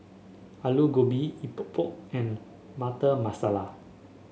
Aloo Gobi Epok Epok and Butter Masala